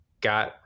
got